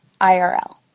IRL